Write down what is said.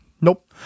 nope